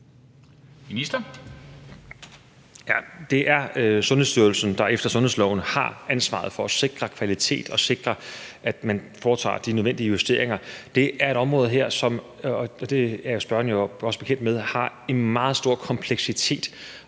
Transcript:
Det er Sundhedsstyrelsen, der efter sundhedsloven har ansvaret for at sikre kvalitet og sikre, at man foretager de nødvendige justeringer. Det her er et område – det er spørgeren jo også